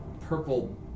purple